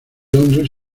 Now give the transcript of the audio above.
londres